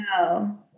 No